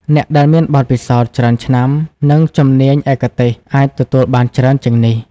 អ្នកដែលមានបទពិសោធន៍ច្រើនឆ្នាំ និងជំនាញឯកទេសអាចទទួលបានច្រើនជាងនេះ។